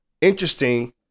interesting